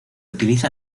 utiliza